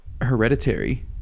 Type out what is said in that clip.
Hereditary